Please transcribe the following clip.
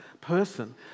person